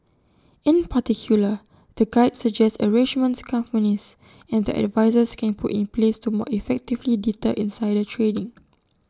in particular the guide suggests arrangements companies and their advisers can put in place to more effectively deter insider trading